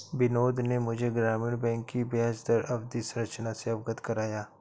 बिनोद ने मुझे ग्रामीण बैंक की ब्याजदर अवधि संरचना से अवगत कराया